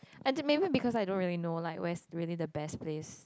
and it maybe because I don't really know like where's really the best place